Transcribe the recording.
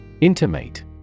Intimate